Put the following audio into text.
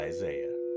Isaiah